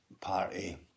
party